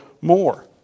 more